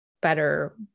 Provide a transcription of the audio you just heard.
better